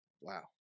Wow